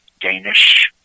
Danish